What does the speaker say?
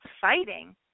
fighting